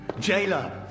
jailer